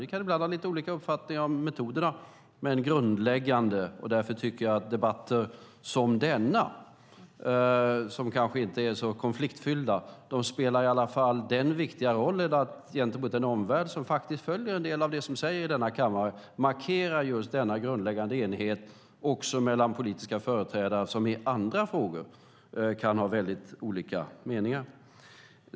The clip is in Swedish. Vi kan ibland ha lite olika uppfattningar om metoderna. Därför tycker jag att debatter som denna, som kanske inte är så konfliktfylld, spelar den viktiga rollen att gentemot den omvärld som faktiskt följer en del av det som sägs i denna kammare markera den grundläggande enigheten mellan politiska företrädare som i andra frågor kan ha väldigt olika meningar.